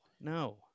no